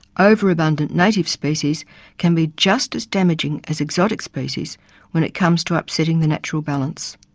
overabundant native species can be just as damaging as exotic species when it comes to upsetting the natural balance.